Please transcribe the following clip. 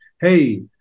hey